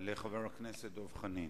לחבר הכנסת דב חנין.